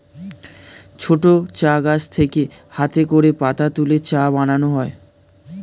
ছোট চা গাছ থেকে হাতে করে পাতা তুলে চা বানানো হয়